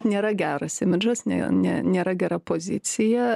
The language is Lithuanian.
nėra geras imidžas ne ne nėra gera pozicija